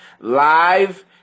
live